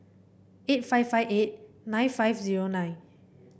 eight five five eight nine five zero nine